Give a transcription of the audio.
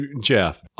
Jeff